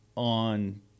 on